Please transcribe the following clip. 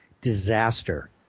disaster